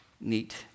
neat